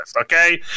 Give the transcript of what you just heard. okay